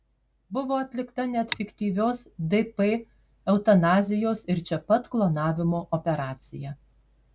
buvo atlikta net fiktyvios dp eutanazijos ir čia pat klonavimo operacija